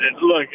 Look